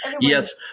Yes